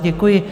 Děkuji.